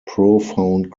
profound